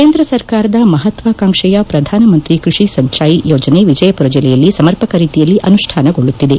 ಕೇಂದ್ರ ಸರ್ಕಾರದ ಮಪತ್ನಾಕಾಂಕ್ಷೆಯ ಪ್ರಧಾನ ಮಂತ್ರಿ ಕೃಷಿ ಸಿಂಚಾಯಿ ಯೋಜನೆ ಎಜಯಪುರ ಜಿಲ್ಲೆಯಲ್ಲಿ ಸಮರ್ಪಕ ರೀತಿಯಲ್ಲಿ ಅನುಷ್ಟಾನಗೊಳ್ಳುತ್ತಿದೆ